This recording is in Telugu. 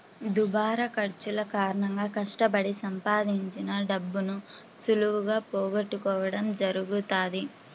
దుబారా ఖర్చుల కారణంగా కష్టపడి సంపాదించిన డబ్బును సులువుగా పోగొట్టుకోడం జరుగుతది